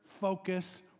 focus